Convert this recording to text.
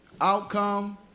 Outcome